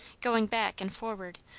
going back and forward,